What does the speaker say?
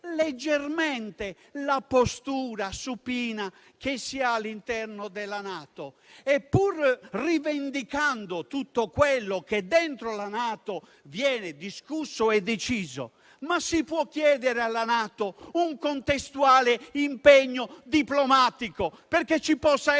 leggermente la postura supina che si ha all'interno della NATO. Inoltre, pur rivendicando tutto quello che all'interno della NATO viene discusso e deciso, si può chiedere all'organizzazione un contestuale impegno diplomatico perché ci possa essere